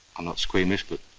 i'm not squeamish but.